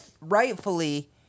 rightfully